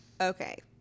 Okay